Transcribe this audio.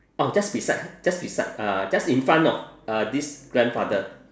orh just beside just beside uh just in front of uh this grandfather